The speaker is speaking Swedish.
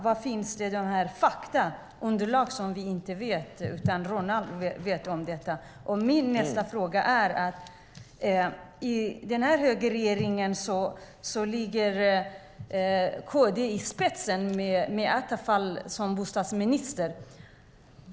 Var finns det faktaunderlag som vi inte vet om men som Roland vet om? I högerregeringen ligger KD i spetsen, med Attefall som bostadsminister.